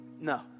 no